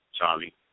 Charlie